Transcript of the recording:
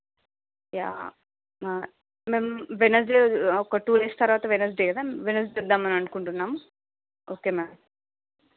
yeah ma'am Wednesday ఒక two days తర్వాత Wednesday కదా వెనస్డే వద్దామని అనుకుంటున్నాం ఓకే మ్యామ్